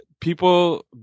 People